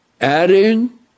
Adding